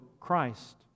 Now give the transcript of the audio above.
Christ